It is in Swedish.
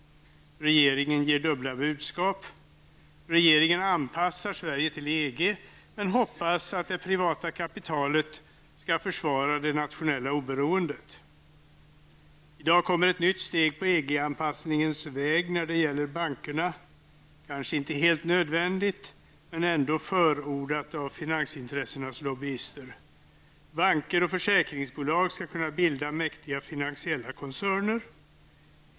Regeringen kommer med dubbla budskap. Regeringen anpassar Sverige till EG men hoppas att det privata kapitalet skall försvara det nationella oberoendet. I dag noteras ett nytt steg på vägen mot en EG anpassning när det gäller bankerna. Det är kanske inte helt nödvändigt men ändå förordat av finansintressenas lobbyister. Banker och försäkringsbolag skall kunna bilda mäktiga finansiella koncerner.